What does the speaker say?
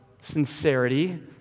sincerity